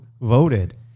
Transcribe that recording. voted